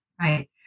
Right